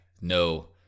no